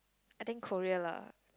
I think Korea lah